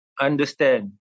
understand